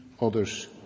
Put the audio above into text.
others